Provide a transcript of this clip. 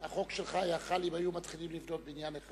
החוק שלך היה חל אם היו מתחילים לבנות בניין אחד?